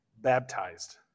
baptized